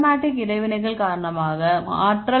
மாணவர்